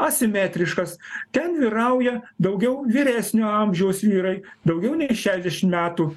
asimetriškas ten vyrauja daugiau vyresnio amžiaus vyrai daugiau nei šešdešim metų